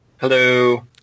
Hello